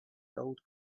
gold